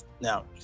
Now